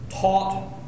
taught